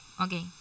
okay